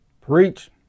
Preach